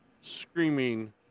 screaming